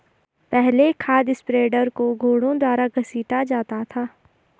पहले खाद स्प्रेडर को घोड़ों द्वारा घसीटा जाता था